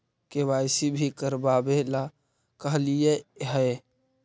KYC भी करवावेला कहलिये हे?